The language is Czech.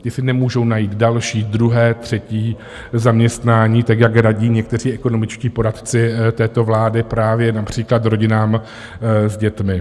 Ti si nemůžou najít další, druhé, třetí zaměstnání, tak jak radí někteří ekonomičtí poradci této vlády právě například rodinám s dětmi.